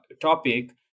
topic